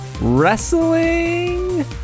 wrestling